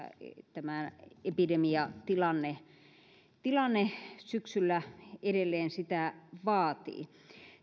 tämä epidemiatilanne syksyllä edelleen sitä vaatii